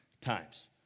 times